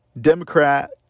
Democrat